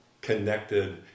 connected